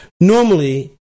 Normally